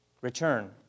return